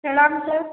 प्रणाम सर